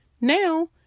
now